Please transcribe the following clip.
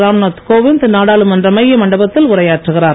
ராம்நாத் கோவிந்த் நாடாளுமன்ற மைய மண்டபத்தில் உரையாற்றுகிறார்